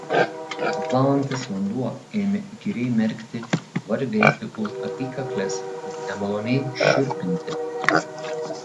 apvalantis vanduo ėmė įkyriai merkti varvėti už apykaklės nemaloniai šiurpinti